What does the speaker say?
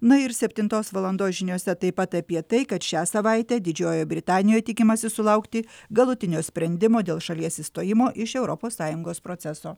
na ir septintos valandos žiniose taip pat apie tai kad šią savaitę didžiojoj britanijoj tikimasi sulaukti galutinio sprendimo dėl šalies išstojimo iš europos sąjungos proceso